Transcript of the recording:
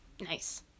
Nice